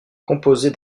composée